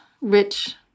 rich